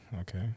okay